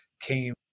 came